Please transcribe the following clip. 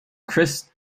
chris